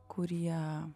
kur jie